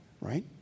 Right